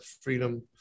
freedom